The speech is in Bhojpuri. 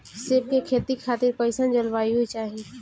सेब के खेती खातिर कइसन जलवायु चाही?